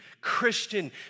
Christian